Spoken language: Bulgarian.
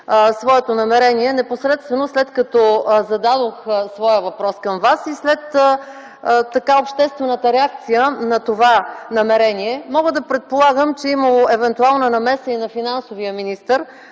своето намерение непосредствено след като зададох своя въпрос към Вас и след обществената реакция на това намерение. Мога да предполагам, че е имало евентуална намеса и на финансовия министър,